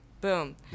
Boom